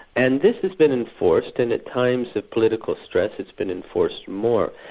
and this has been enforced and at times of political stress, it's been enforced more.